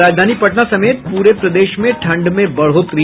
और राजधानी पटना समेत पूरे प्रदेश में ठंड में बढ़ोतरी